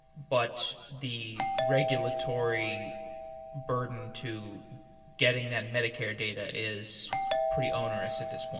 but the regulatory burden to getting that medicare data is pretty onerous at this point.